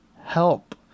help